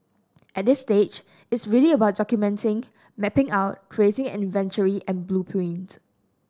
at this stage it's really about documenting mapping out creating an inventory and blueprint